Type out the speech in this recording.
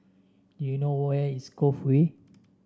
you know where is Cove Way